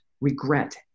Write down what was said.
regret